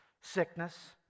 sickness